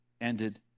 ended